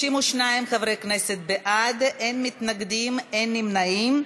32 חברי כנסת בעד, אין מתנגדים, אין נמנעים.